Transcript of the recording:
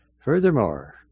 Furthermore